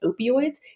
Opioids